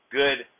good